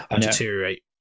deteriorate